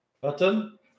Button